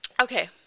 Okay